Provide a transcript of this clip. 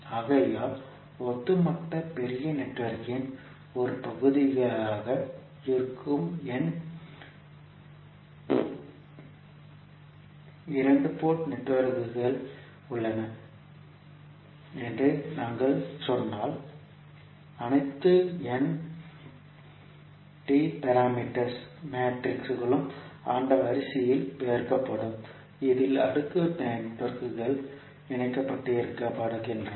ஆகையால் ஒட்டுமொத்த பெரிய நெட்வொர்க்கின் ஒரு பகுதியாக இருக்கும் n இரண்டு போர்ட் நெட்வொர்க்குகள் உள்ளன என்று நாங்கள் சொன்னால் அனைத்து n T பாராமீட்டர் மேட்ரிக்ஸிகளும் அந்த வரிசையில் பெருக்கப்படும் இதில் அடுக்கு நெட்வொர்க்குகள் இணைக்கப்படுகின்றன